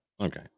Okay